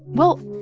well,